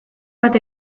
bat